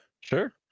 Sure